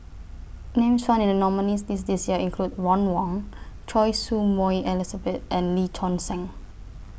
Names found in The nominees' list This Year include Ron Wong Choy Su Moi Elizabeth and Lee Choon Seng